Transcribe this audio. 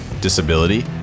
disability